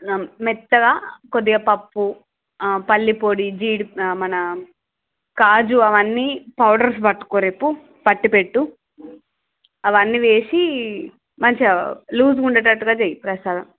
ఆ మెత్తగా కొద్దిగా పప్పు ఆ పల్లి పొడి జీడీ ప్ మన ఖాజు అవన్నీ పౌడర్స్ పట్టుకో రేపు పట్టి పెట్టు అవన్నీ వేసి మంచిగా లూజ్గా ఉంగుండేటట్టుగా చేయి ప్రసాదం